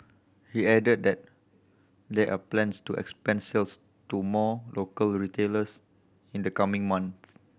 he added that there are plans to expand sales to more local retailers in the coming months